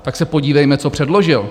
Tak se podívejme, co předložil.